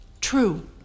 true